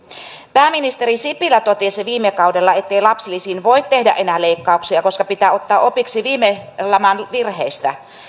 pääministeri sipilä totesi viime kaudella ettei lapsilisiin voi tehdä enää leikkauksia koska pitää ottaa opiksi viime laman virheistä